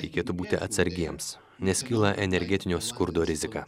reikėtų būti atsargiems nes kyla energetinio skurdo rizika